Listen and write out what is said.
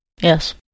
Yes